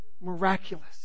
Miraculous